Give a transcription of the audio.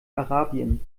arabien